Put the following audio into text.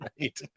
right